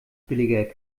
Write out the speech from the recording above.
billiger